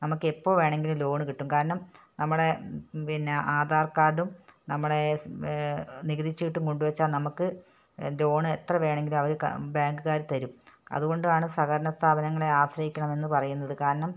നമുക്ക് എപ്പോൾ വേണമെങ്കിലും ലോണ് കിട്ടും കാരണം നമ്മളുടെ പിന്നെ ആധാർ കാർഡും നമ്മളുടെ നികുതി ചീട്ടും കൊണ്ടുവെച്ചാൽ നമുക്ക് ലോണ് എത്ര വേണമെങ്കിലും അവര് ബാങ്ക്കാര് തരും അതുകൊണ്ടാണ് സഹകരണ സ്ഥാപനങ്ങളെ ആശ്രയിക്കണം എന്ന് പറയുന്നത് കാരണം